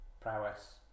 prowess